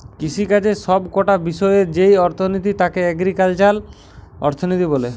কৃষিকাজের সব কটা বিষয়ের যেই অর্থনীতি তাকে এগ্রিকালচারাল অর্থনীতি বলে